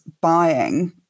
buying